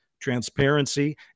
transparency